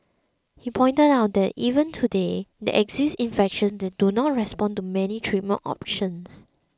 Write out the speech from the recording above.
he pointed out that even today there exist infections that do not respond to many treatment options